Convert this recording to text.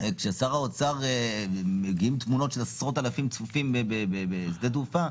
כשמגיעות תמונות של עשרות אלפים צפופים בשדה התעופה,